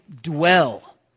dwell